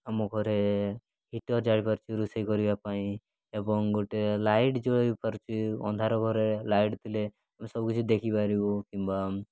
ଆମ ଘରେ ହିଟର୍ ଜାଳିପାରୁଛନ୍ତି ରୋଷେଇ କରିବା ପାଇଁ ଏବଂ ଗୋଟେ ଲାଇଟ୍ ଜଳାଇପାରୁଛି ଅନ୍ଧାର ଘରେ ଲାଇଟ୍ ଥିଲେ ଆମେ ସବୁ କିଛି ଦେଖିପାରିବୁ କିମ୍ବା